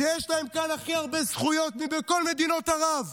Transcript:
שיש להם כאן הכי הרבה זכויות מכל מדינות ערב,